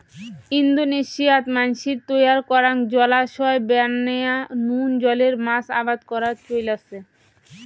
ইন্দোনেশিয়াত মানষির তৈয়ার করাং জলাশয় বানেয়া নুন জলের মাছ আবাদ করার চৈল আচে